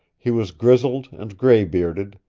he was grizzled and gray-bearded,